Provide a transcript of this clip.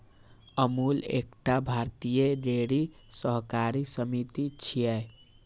अमूल एकटा भारतीय डेयरी सहकारी समिति छियै